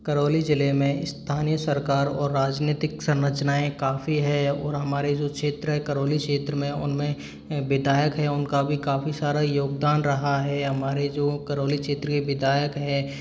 करौली ज़िले में स्थानीय सरकार और राजनीतिक संरचनाएं काफ़ी हैं और हमारे जो क्षेत्र है करौली क्षेत्र में उनमें विधायक हैं उनका भी काफ़ी सारा योगदान रहा है हमारे जो करौली क्षेत्र के विधायक हैं